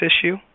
issue